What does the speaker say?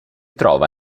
trova